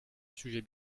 sujet